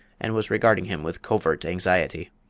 and was regarding him with covert anxiety.